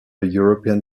european